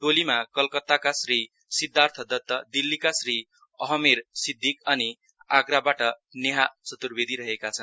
टोलीमा कलकताका श्री शिद्वार्थ दत्त दिल्लीका श्री अहमेर सिद्धिक अनि आप्राबाट नेहा चतुर्वेदि रहेका छन्